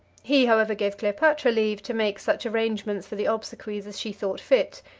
he, however, gave cleopatra leave to make such arrangements for the obsequies as she thought fit,